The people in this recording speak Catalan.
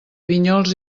vinyols